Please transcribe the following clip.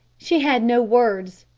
she had no words.